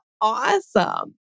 awesome